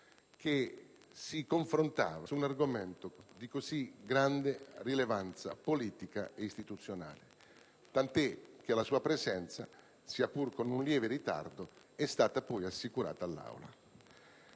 si confrontava su un argomento di così grande rilevanza politica e istituzionale. Tant'è che la sua presenza, sia pur con un lieve ritardo, è stata poi assicurata all'Aula.